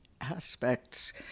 aspects